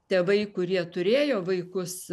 tėvai kurie turėjo vaikus